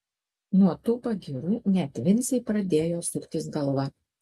nuo tų pagyrų net vincei pradėjo suktis galva